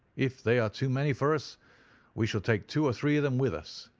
if they are too many for us we shall take two or three of them with us,